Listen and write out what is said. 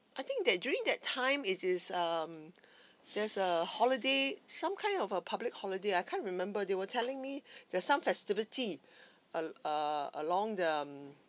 I think that during that time it is um there's a holiday some kind of a public holiday I can't remember they were telling me there's some festivity uh err along um